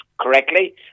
correctly